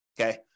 Okay